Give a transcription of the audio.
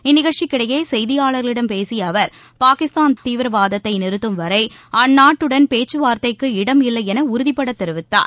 இந்நிகழ்ச்சிக்கிடையே செய்தியாளர்களிடம் பேசிய அவர் பாகிஸ்தான் தீவிரவாதத்தை நிறுத்தம் வரை அந்நாட்டுடன் பேச்சு வார்தைக்கு இடம் இல்லை என உறுதிப்பட தெரிவித்தார்